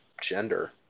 gender